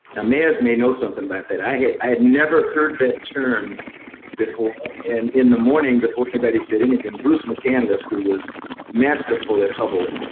mass may know something about that. i had i had never heard that term before. and in the morning, before anybody said anything, bruce mccandless, who was masterful at hubble,